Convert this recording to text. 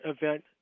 event